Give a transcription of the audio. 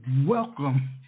welcome